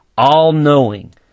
All-knowing